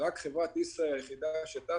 רק חברת ישראייר היחידה שטסה.